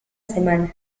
semana